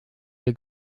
wir